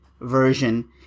version